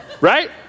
Right